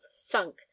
sunk